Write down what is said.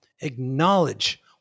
Acknowledge